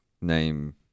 name